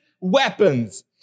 weapons